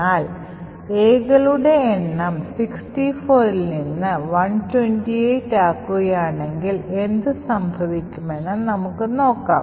എന്നാൽ Aകളുടെ എണ്ണം 64 ൽ നിന്ന് 128 ആക്കുകയാണെങ്കിൽ എന്തുസംഭവിക്കുമെന്ന് നമുക്ക് നോക്കാം